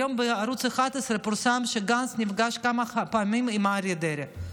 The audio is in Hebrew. היום בערוץ 11 פורסם שגנץ נפגש כמה פעמים עם אריה דרעי.